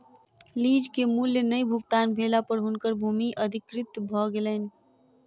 lease के मूल्य नै भुगतान भेला पर हुनकर भूमि अधिकृत भ गेलैन